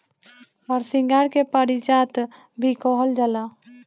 हरसिंगार के पारिजात भी कहल जाला